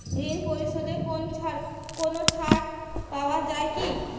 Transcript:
ঋণ পরিশধে কোনো ছাড় পাওয়া যায় কি?